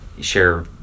share